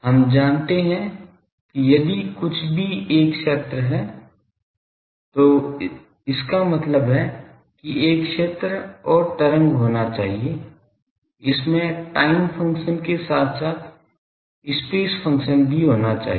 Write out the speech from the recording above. हम जानते हैं कि यदि कुछ भी एक क्षेत्र है तो इसका मतलब कि एक क्षेत्र और तरंग होना चाहिए इसमें टाइम फंक्शन के साथ साथ स्पेस फंक्शन भी होना चाहिए